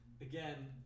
Again